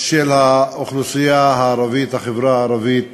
של האוכלוסייה הערבית, החברה הערבית,